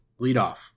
leadoff